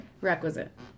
Requisite